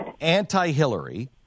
anti-Hillary